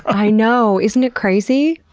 i know, isn't it crazy?